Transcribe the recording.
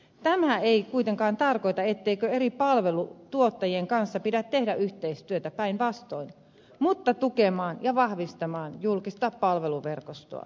tämä ei kuitenkaan tarkoita etteikö eri palvelutuottajien kanssa pidä tehdä yhteistyötä päinvastoin mutta pitää tukea ja vahvistaa julkista palveluverkostoa